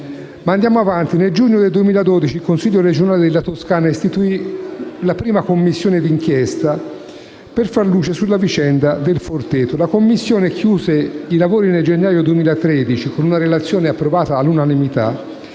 Ma andiamo avanti. Nel giugno del 2012 il Consiglio regionale della Toscana istituì la prima Commissione di inchiesta per far luce sulla vicenda del Forteto. La Commissione concluse i lavori nel gennaio 2013, con una relazione, approvata all'unanimità,